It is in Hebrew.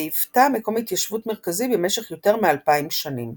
והיוותה מקום התיישבות מרכזי במשך יותר מאלפיים שנים.